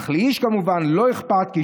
אך לאיש כמובן לא אכפת,